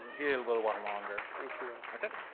here a little while longer thank you okay?